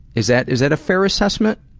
is that is that a fair assessment.